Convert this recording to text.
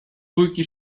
bójki